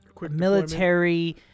military